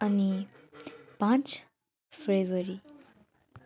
अनि पाँच फेब्रुअरी